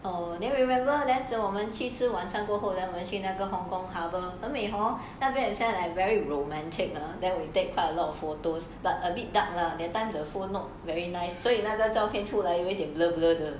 oh then we remember then say 我们去吃晚餐过后 them actually 那个 hong-kong cover habour hor then after that sound like very romantic lah then we take quite a lot of photos but a bit dark lah that time the phone not very nice 所以那个照片出来因为一点 blur blur 的